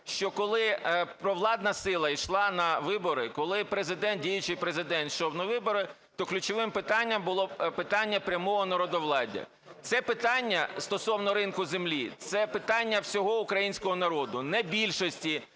що коли провладна сила йшла на вибори, коли Президент, діючий Президент йшов на вибори, то ключовим питанням було питання прямого народовладдя. Це питання стосовно ринку землі – це питання всього українського народу, не більшості,